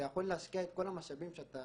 להשקיע את כל המשאבים שאתה